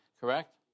correct